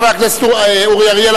חבר הכנסת אורי אריאל,